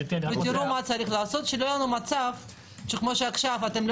תראו מה צריך לעשות שלא יהיה לנו מצב כמו שעכשיו אתם לא